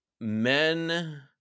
men